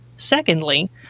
Secondly